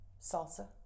salsa